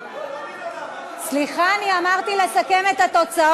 לא, לא ננעלה, סליחה, אני אמרתי לסכם את התוצאות.